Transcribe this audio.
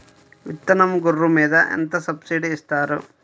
విత్తనం గొర్రు మీద ఎంత సబ్సిడీ ఇస్తారు?